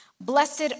Blessed